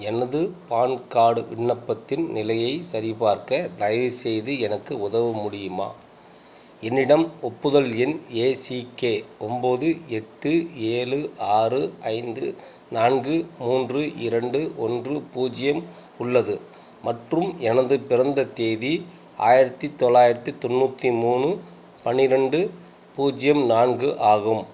எனது PAN card விண்ணப்பத்தின் நிலையை சரிபார்க்க தயவுசெய்து எனக்கு உதவ முடியுமா என்னிடம் ஒப்புதல் எண் ஏசிகே ஒன்போது எட்டு ஏழு ஆறு ஐந்து நான்கு மூன்று இரண்டு ஒன்று பூஜ்ஜியம் உள்ளது மற்றும் எனது பிறந்த தேதி ஆயிரத்தி தொள்ளாயிரத்தி தொண்ணூற்றி மூணு பனிரெண்டு பூஜ்ஜியம் நான்கு ஆகும்